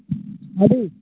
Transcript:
Hari